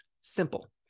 Simple